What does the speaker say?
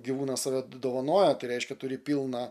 gyvūnas save dovanoja tai reiškia turi pilną